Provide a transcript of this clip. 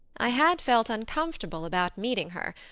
i had felt uncomfortable about meeting her.